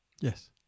yes